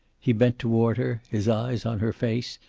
he bent toward her, his eyes on her face,